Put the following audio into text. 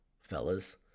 fellas